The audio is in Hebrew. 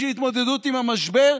בשביל התמודדות עם המשבר.